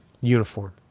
uniform